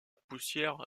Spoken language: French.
poussière